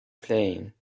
plane